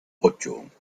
ocho